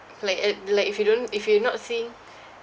like it like if you don't if you're not seeing